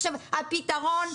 עכשיו הפתרון,